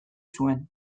zuen